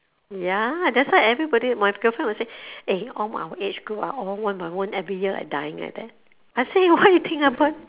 ya that's why everybody my girlfriend will say eh all my our age group are all one by one every year like dying like that I say why you think about